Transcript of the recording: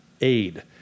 aid